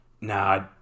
nah